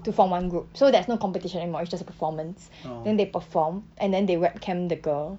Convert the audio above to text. to form one group so there's no competition anymore it's just a performance then they perform and then they webcam the girl